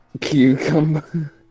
Cucumber